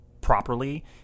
properly